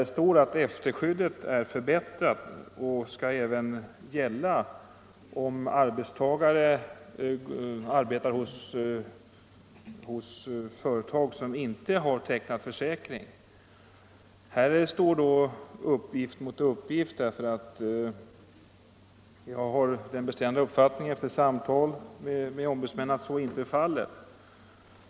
Det står att efterskyddet är förbättrat och skall gälla även om arbetstagare arbetar hos företag som inte har tecknat försäkring. Här står uppgift mot uppgift. Jag har nämligen efter samtal med ombudsmän den bestämda uppfattningen att så inte är fallet.